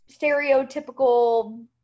stereotypical